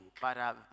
Para